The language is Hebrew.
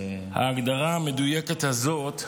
חבר הכנסת ברוכי,